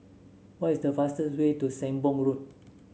what is the fastest way to Sembong Road